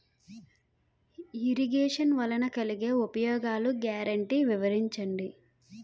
Irrigation వలన కలిగే ఉపయోగాలు గ్యారంటీ వివరించండి?